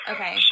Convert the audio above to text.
Okay